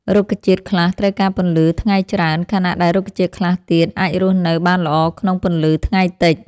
រុក្ខជាតិខ្លះត្រូវការពន្លឺថ្ងៃច្រើន ខណៈដែលរុក្ខជាតិខ្លះទៀតអាចរស់នៅបានល្អក្នុងពន្លឺថ្ងៃតិច។